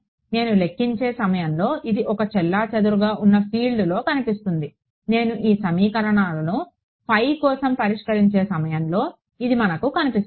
నేను లెక్కించే సమయంలో ఇది ఒక చెల్లాచెదురుగా ఉన్న ఫీల్డ్లో కనిపిస్తుంది నేను ఈ సమీకరణాలను కోసం పరిష్కరించే సమయంలో ఇది మనకు కనిపిస్తుంది